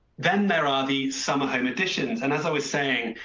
then there are the summer home additions, and as i was saying,